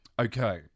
okay